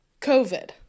COVID